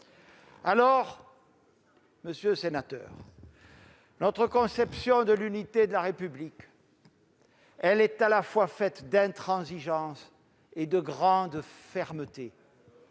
monsieur le sénateur, notre conception de l'unité de la République est faite à la fois d'intransigeance et de grande fermeté